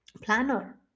planner